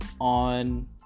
on